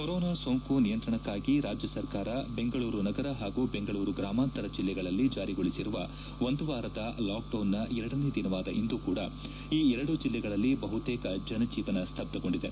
corona ಸೋಂಕು ನಿಯಂತ್ರಣಕ್ಕಾಗಿ ರಾಜ್ಯ ಸರ್ಕಾರ ಬೆಂಗಳೂರು ನಗರ ಹಾಗೂ ಬೆಂಗಳೂರು ಗ್ರಾಮಾಂತರ ಜಿಲ್ಲೆಗಳಲ್ಲಿ ಜಾರಿಗೊಳಿಸಿರುವ ಒಂದು ವಾರದ ಲಾಕ್ಡೌನ್ನ ಎರಡನೇ ದಿನವಾದ ಇಂದು ಕೂಡ ಈ ಎರಡು ಜಿಲ್ಲೆಗಳಲ್ಲಿ ಬಹುತೇಕ ಜನಜೀವನ ಸ್ತಬ್ದಗೊಂಡಿದೆ